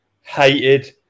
hated